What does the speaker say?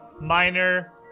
minor